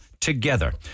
together